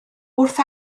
wrth